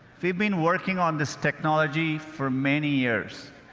we've been working on this technology for many years.